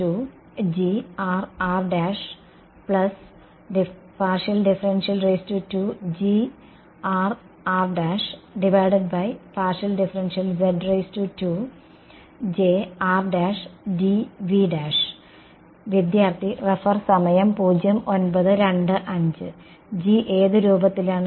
G ഏത് രൂപത്തിലാണ്